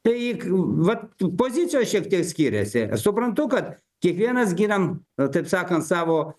tai k vat pozicijos šiek tiek skiriasi aš suprantu kad kiekvienas ginam taip sakant savo